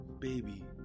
Baby